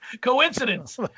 coincidence